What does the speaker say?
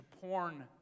porn